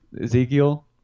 Ezekiel